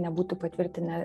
nebūtų patvirtinę